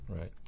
Right